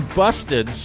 busted